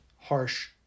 harsh